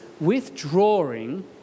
withdrawing